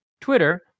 Twitter